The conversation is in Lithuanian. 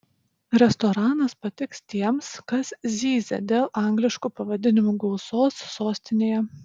restoranas patiks tiems kas zyzia dėl angliškų pavadinimų gausos sostinėje